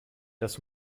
das